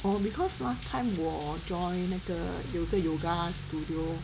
orh because last time 我 join 那个有一个 yoga studio